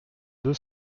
deux